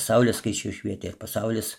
saulė skaisčiau švietė ir pasaulis